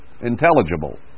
Intelligible